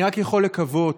אני רק יכול לקוות